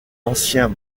anciens